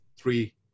three